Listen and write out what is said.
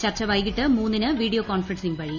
ചർച്ച വൈകിട്ട് മൂന്നിന് വീഡിയോ കോൺഫറൻസിംഗ്ക് വഴി